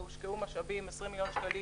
והושקעו 20 מיליון שקלים